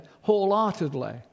wholeheartedly